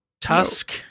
Tusk